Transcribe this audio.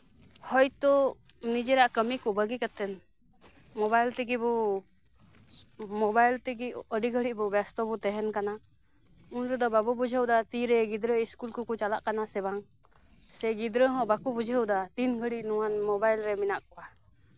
ᱦᱚᱭ ᱛᱳ ᱱᱤᱡᱮᱨᱟᱜ ᱠᱟᱹᱢᱤ ᱠᱚ ᱵᱟᱹᱜᱮ ᱠᱟᱛᱮᱫ ᱢᱳᱵᱟᱭᱤᱞ ᱛᱮᱜᱮ ᱵᱚ ᱢᱳᱵᱟᱭᱤᱞ ᱛᱮᱜᱮ ᱟᱹᱰᱤ ᱜᱷᱟᱹᱲᱤᱡ ᱵᱮᱥᱛᱚ ᱵᱚᱱ ᱛᱟᱸᱦᱮᱱ ᱠᱟᱱᱟ ᱩᱱ ᱨᱮᱫᱚ ᱵᱟᱵᱚ ᱵᱩᱡᱷᱟᱹᱣ ᱫᱟ ᱛᱤᱨᱮ ᱜᱤᱫᱽᱨᱟᱹ ᱥᱠᱩᱞ ᱠᱚᱠᱚ ᱪᱟᱞᱟᱜ ᱠᱟᱱᱟ ᱥᱮ ᱵᱟᱝ ᱥᱮ ᱜᱤᱫᱽᱨᱟᱹ ᱦᱚᱸ ᱵᱟᱠᱚ ᱵᱩᱡᱷᱟᱹᱣ ᱫᱟ ᱛᱤᱱ ᱜᱷᱟᱹᱲᱤᱡ ᱱᱚᱣᱟ ᱢᱳᱵᱟᱭᱤᱞ ᱨᱮ ᱢᱮᱱᱟᱜ ᱠᱚᱣᱟ